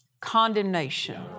condemnation